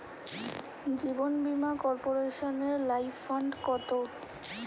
জীবন বীমা কর্পোরেশনের life fund কত?